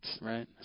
Right